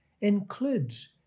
includes